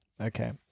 okay